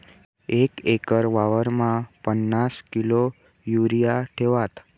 एक एकर वावरमा पन्नास किलो युरिया ठेवात